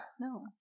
No